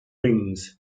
rings